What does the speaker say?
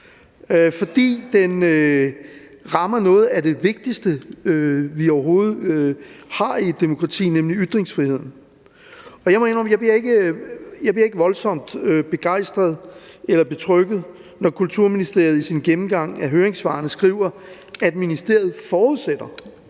fordi den rammer noget af det vigtigste, vi overhovedet har i et demokrati, nemlig ytringsfriheden. Og jeg må indrømme, at jeg ikke bliver voldsomt begejstret eller betrygget, når Kulturministeriet i sin gennemgang af høringssvarene skriver, at ministeriet forudsætter,